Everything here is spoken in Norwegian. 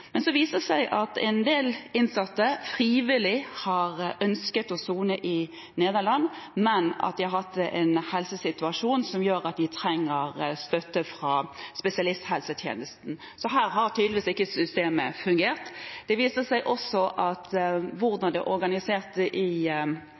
viser seg at en del innsatte frivillig har ønsket å sone i Nederland, men at de har hatt en helsesituasjon som gjør at de trenger støtte fra spesialisthelsetjenesten. Her har tydeligvis ikke systemet fungert. Det viser seg også at det kan være en rollekonflikt knyttet til hvordan